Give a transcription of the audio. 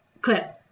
clip